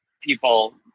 people